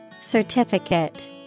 Certificate